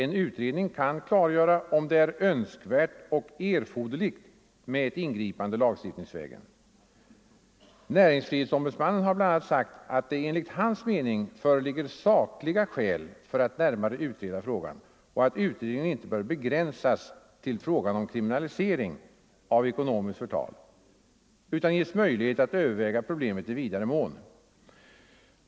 En utredning kan klargöra om det är önskvärt och erforderligt med ett ingripande lagstiftningsvägen. Näringsfrihetsombudsmannen har bl.a. sagt att det enligt hans mening föreligger sakliga skäl för att närmare utreda frågan samt att utredningen inte bör begränsas till frågan om kriminalisering av ekonomiskt förtal utan att möjlighet bör ges att överväga problemet i vidare mån.